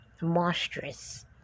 monstrous